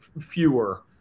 fewer